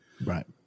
Right